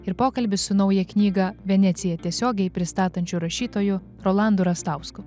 ir pokalbis su nauja knyga venecija tiesiogiai pristatančiu rašytoju rolandu rastausku